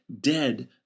dead